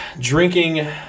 drinking